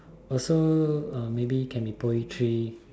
also maybe can be poetry